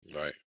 Right